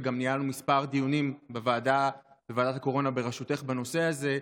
וגם ניהלנו כמה דיונים בוועדת הקורונה בראשותך בנושא הזה,